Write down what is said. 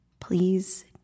please